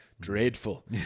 dreadful